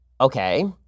Okay